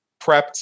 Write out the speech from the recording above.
prepped